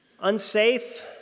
unsafe